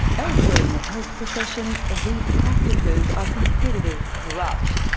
elsewhere in the health profession these practices are considered as corrupt,